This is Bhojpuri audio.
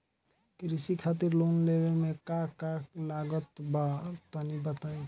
कृषि खातिर लोन लेवे मे का का लागत बा तनि बताईं?